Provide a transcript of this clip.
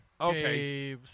Okay